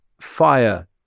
fire